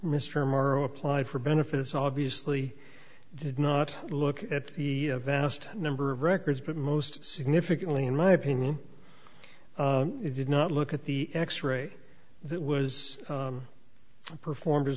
mr morrow applied for benefits obviously did not look at the vast number of records but most significantly in my opinion it did not look at the x ray that was performed as